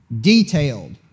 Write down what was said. detailed